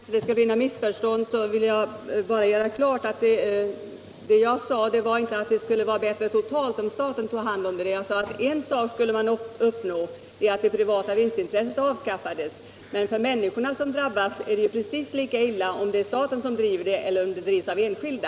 Herr talman! För att det inte skall bli något missförstånd vill jag bara göra klart att jag inte sade att det skulle vara bättre totalt om staten tog hand om denna verksamhet. Jag sade att man skulle uppnå en sak — att det privata vinstintresset avskaffades. Men för människorna som drabbas är det precis lika illa om staten bedriver verksamheten eller om den bedrivs av enskilda.